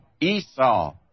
Esau